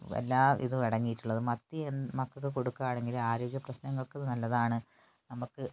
എല്ലാ ഇതും അടങ്ങിട്ടുള്ളത് മത്തി മക്കൾക്ക് കൊടുക്കുകയാണെങ്കിൽ ആരോഗ്യ പ്രശ്നങ്ങൾക്ക് നല്ലതാണ് നമ്മൾക്ക്